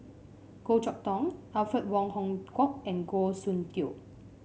Goh Chok Tong Alfred Wong Hong Kwok and Goh Soon Tioe